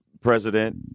president